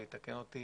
יתקן אותי